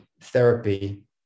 therapy